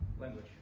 language